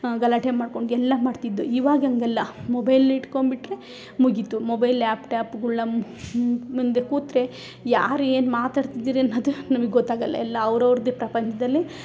ಗಲಾಟೆ ಮಾಡ್ಕೊಂಡು ಎಲ್ಲ ಮಾಡ್ತಿದ್ದೊ ಇವಾಗ ಹಂಗಲ್ಲ ಮೊಬೈಲ್ ಇಟ್ಕೊಂಡ್ಬಿಟ್ರೆ ಮುಗಿತು ಮೊಬೈಲ್ ಲ್ಯಾಪ್ಟಾಪ್ಗಳ ಮುಂದೆ ಕೂತರೆ ಯಾರು ಏನು ಮಾತಾಡ್ತಿದಿರಿ ಅನ್ನೋದು ನಮಗ್ ಗೊತ್ತಾಗೊಲ್ಲ ಎಲ್ಲ ಅವ್ರ ಅವ್ರದೇ ಪ್ರಪಂಚದಲ್ಲಿ